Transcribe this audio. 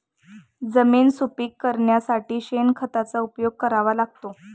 जमीन सुपीक करण्यासाठी शेणखताचा उपयोग करावा का?